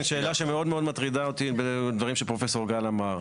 שאלה שמאוד מטרידה אותי בדברים שפרופסור גל אמר,